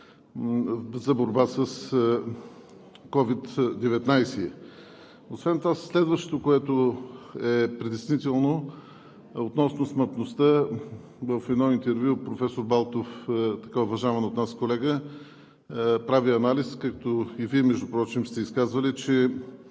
за борба с COVID-19? Освен това следващото, което е притеснително, е относно смъртността. В едно интервю професор Балтов, уважаван от нас колега, прави анализ, както и Вие, между другото, сте се изказвали, че